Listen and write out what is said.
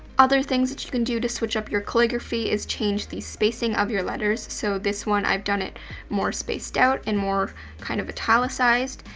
other things that you can do to switch up your calligraphy is change the spacing of your letters, so this one i've done it more spaced out and more kind of italicized.